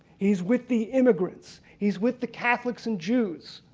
he's with the immigrants. he's with the catholics and jews.